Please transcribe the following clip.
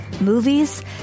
movies